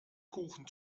kuchen